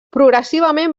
progressivament